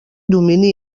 domini